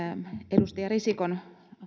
edustaja risikon